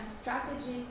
strategies